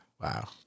Wow